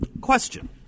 Question